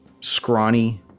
scrawny